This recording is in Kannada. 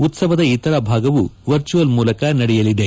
ಉತ್ಸವದ ಇತರ ಭಾಗವು ವರ್ಚುವಲ್ ಮೂಲಕ ನಡೆಯಲಿದೆ